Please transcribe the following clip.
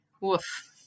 Woof